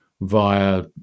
via